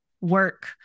work